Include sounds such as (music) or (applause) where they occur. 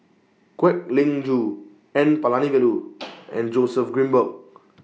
Kwek Leng Joo N Palanivelu (noise) and Joseph Grimberg